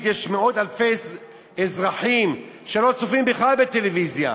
יש מאות-אלפי ישראלים שלא צופים בכלל בטלוויזיה.